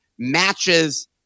Matches